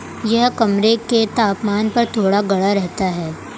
यह कमरे के तापमान पर थोड़ा गाढ़ा रहता है